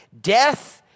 Death